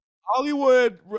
Hollywood